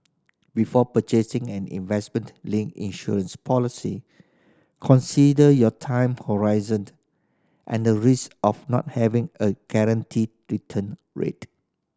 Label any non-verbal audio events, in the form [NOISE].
before purchasing and investment linked insurance policy consider your time horizon [UNINTELLIGIBLE] and the risk of not having a guaranteed return rate